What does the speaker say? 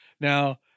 Now